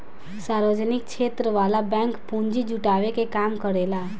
सार्वजनिक क्षेत्र वाला बैंक पूंजी जुटावे के काम करेला